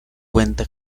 cuenta